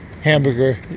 hamburger